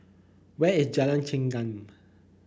where is Jalan Chengam